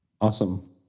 Awesome